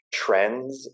trends